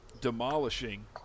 demolishing